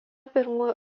pirmųjų